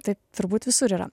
tai turbūt visur yra